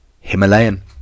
himalayan